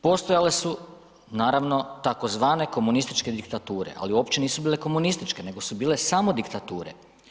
Postojale su naravno tzv. komunističke diktature ali uopće nisu bile komunističke nego su bile samo diktature.